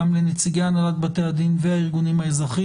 גם לנציגי הנהלת בתי הדין והארגונים האזרחים,